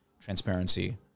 transparency